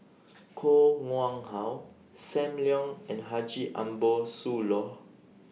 Koh Nguang How SAM Leong and Haji Ambo Sooloh